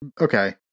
Okay